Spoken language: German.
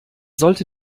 sollte